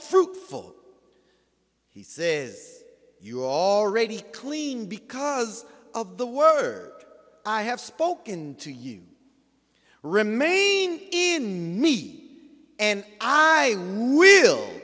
fruitful he says you already clean because of the word i have spoken to you remain in me and i will